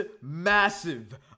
massive